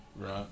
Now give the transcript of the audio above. Right